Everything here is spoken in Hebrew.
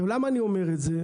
למה אני אומר את זה?